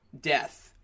death